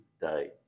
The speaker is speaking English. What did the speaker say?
day